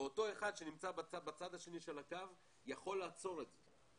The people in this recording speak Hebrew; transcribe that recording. ואותו אחד שנמצא בצד השני של הקו יכול לעצור את זה,